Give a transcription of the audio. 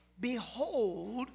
behold